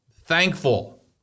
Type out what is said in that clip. Thankful